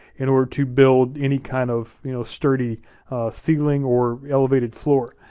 in order to build any kind of you know sturdy ceiling or elevated floor.